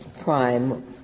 prime